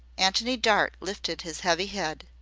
antony dart lifted his heavy head.